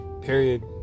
period